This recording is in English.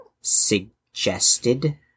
Suggested